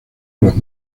los